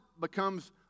becomes